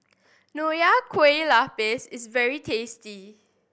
Nonya Kueh Lapis is very tasty